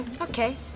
Okay